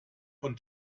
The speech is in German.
von